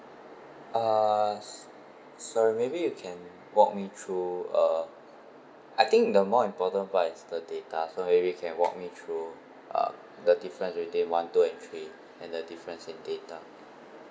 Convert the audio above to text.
uh sorry maybe you can walk me through uh I think the more important part is the data so maybe you can walk me through uh the difference between one two and three and the difference in data